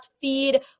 feed